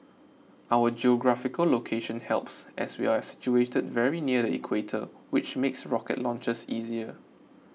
our geographical location helps as we are situated very near the Equator which makes rocket launches easier